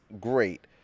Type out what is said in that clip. great